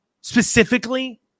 specifically